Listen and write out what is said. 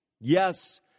Yes